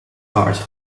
card